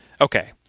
Okay